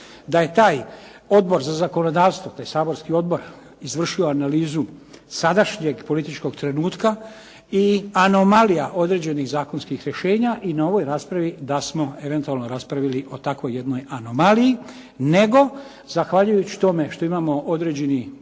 da je taj odbor za zakonodavstvo te saborski odbor izvršilo analizu sadašnjeg političkog trenutka i anomalija, određenih zakonskih rješenja i na ovoj raspravi da smo eventualno raspravili o takvoj jednoj anomaliji. Nego zahvaljujući tome što imamo određeni